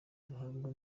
duhabwa